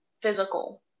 physical